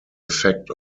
effect